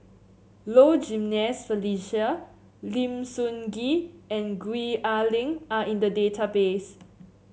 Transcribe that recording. Low Jimenez Felicia Lim Sun Gee and Gwee Ah Leng are in the database